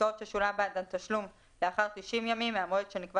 עסקאות ששולם בעדן תשלום לאחר 90 ימים מהמועד שנקבע